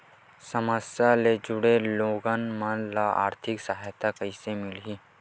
समस्या ले जुड़े लोगन मन ल आर्थिक सहायता कइसे मिलही?